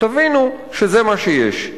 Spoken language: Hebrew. תבינו שזה מה שיש.